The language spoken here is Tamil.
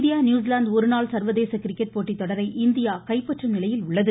இந்திய நியூசிலாந்து ஒருநாள் சர்வதேச கிரிக்கெட் போட்டி தொடரை இந்தியா கைப்பற்றும் நிலையில் உள்ளது